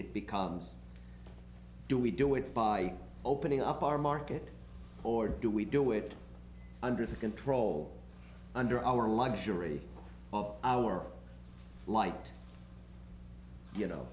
it becomes do we do it by opening up our market or do we do it under the control under our luxury of our light you know